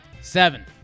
Seven